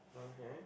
okay